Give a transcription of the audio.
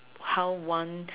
how one